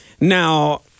Now